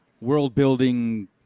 world-building